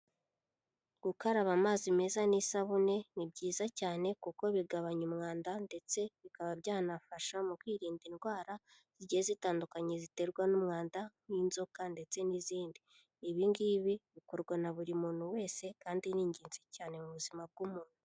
Gukaraba amazi meza n'isabune ni byiza cyane, kuko bigabanya umwanda, ndetse bikaba byanafasha mu kwirinda indwara zigiye zitandukanye ziterwa n'umwanda, nk'inzoka ndetse n'izindi. Ibi ngibi bikorwa na buri muntu wese kandi ni ingenzi cyane mu buzima bw'umuntu.